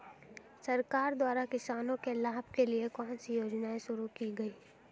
सरकार द्वारा किसानों के लाभ के लिए कौन सी योजनाएँ शुरू की गईं?